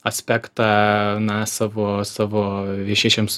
aspektą na savo savo viešiesiems